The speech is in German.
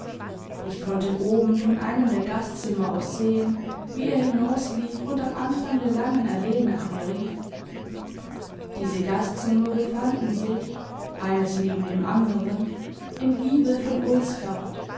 ich konnte oben von einem der gastzimmer aus sehen wie er hinauslief und am anfang der langen allee nach mir rief diese gastzimmer befanden sich eines neben dem anderen im giebel von